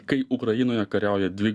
kai ukrainoje kariauja dvi